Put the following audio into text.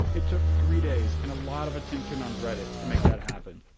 it took three days and a lot of attention on reddit to make that happen.